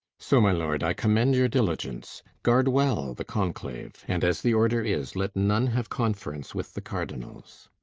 so, my lord, i commend your diligence. guard well the conclave and, as the order is, let none have conference with the cardinals.